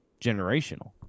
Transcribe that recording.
Generational